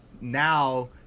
now